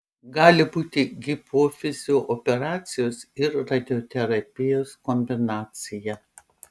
gali būti hipofizio operacijos ir radioterapijos kombinacija